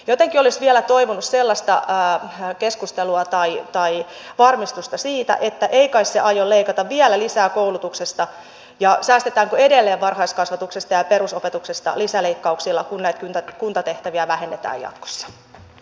jotenkin olisi vielä toivonut keskustelua tai varmistusta siitä että ei kai se aio leikata vielä lisää koulutuksesta ja siitä säästetäänkö edelleen varhaiskasvatuksesta ja perusopetuksesta lisäleikkauksilla kun näitä kuntatehtäviä vähennetään jatkossa